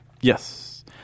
Yes